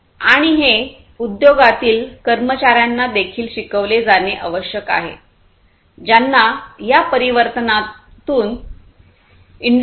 आणि हे उद्योगातील कर्मचार्यांना देखील शिकविले जाणे आवश्यक आहे ज्यांना या परिवर्तनातून इंडस्ट्री 4